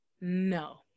no